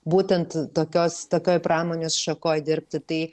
būtent tokios tokioj pramonės šakoj dirbti tai